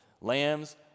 lambs